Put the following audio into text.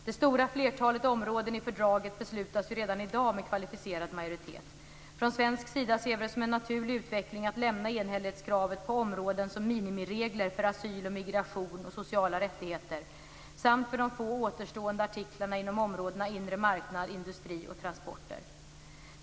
Det stora flertalet områden i fördraget beslutas ju redan i dag med kvalificerad majoritet. Från svensk sida ser vi det som en naturlig utveckling att lämna enhällighetskravet på områden som minimiregler för asyl och migration och sociala rättigheter samt för de få återstående artiklarna inom områdena inre marknad, industri och transporter.